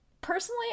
personally